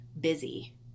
busy